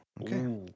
okay